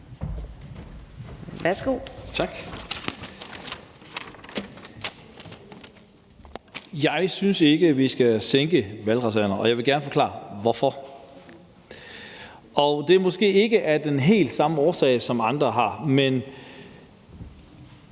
Jeg synes ikke, vi skal sænke valgretsalderen, og jeg vil gerne forklare hvorfor. Det er måske ikke af den helt samme årsag, som andre har nævnt,